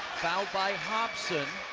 fouled by hobson.